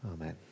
Amen